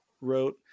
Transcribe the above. wrote